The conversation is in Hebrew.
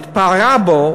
התפארה בו,